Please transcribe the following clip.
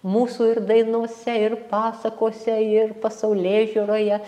mūsų ir dainose ir pasakose ir pasaulėžiūroje